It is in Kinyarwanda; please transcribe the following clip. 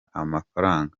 amafaranga